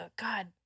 God